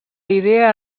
idea